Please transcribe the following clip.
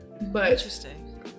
Interesting